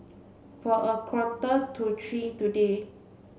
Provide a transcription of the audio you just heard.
for a quarter to three today